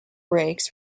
brakes